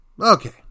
Okay